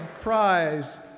prize